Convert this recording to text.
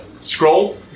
scroll